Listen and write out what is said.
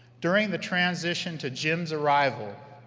during the transition to jim's arrival,